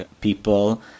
people